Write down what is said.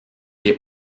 est